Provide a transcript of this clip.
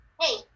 Hey